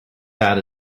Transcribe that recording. hat